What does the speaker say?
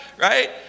Right